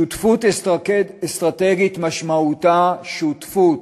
שותפות אסטרטגית משמעותה שותפות,